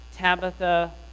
Tabitha